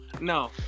no